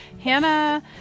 Hannah